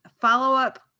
Follow-up